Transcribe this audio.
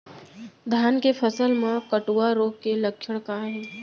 धान के फसल मा कटुआ रोग के लक्षण का हे?